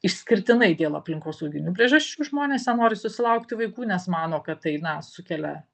išskirtinai dėl aplinkosauginių priežasčių žmonės nenori susilaukti vaikų nes mano kad tai na sukelia